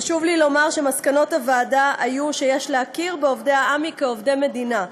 חשוב לי לומר שמסקנות הוועדה היו שיש להכיר בעמ"י כעובדי מדינה.